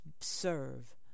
serve